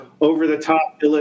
over-the-top